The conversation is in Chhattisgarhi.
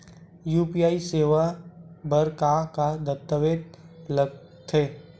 यू.पी.आई सेवा बर का का दस्तावेज लगथे?